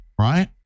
right